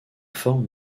forme